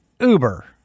Uber